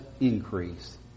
increase